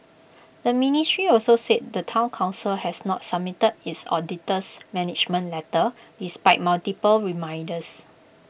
the ministry also said the Town Council has not submitted its auditor's management letter despite multiple reminders